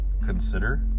consider